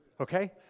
Okay